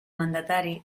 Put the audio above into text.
mandatari